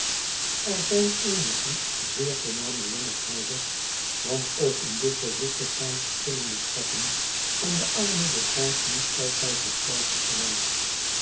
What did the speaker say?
er zijn eenige zeer voorname lommerdhouders want ook in dit beroep bestaan verschillende trappen en de armoede draagt niet altijd hetzelfde gewaad